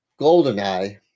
Goldeneye